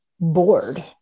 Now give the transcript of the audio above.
bored